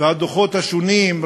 והדוחות השונים,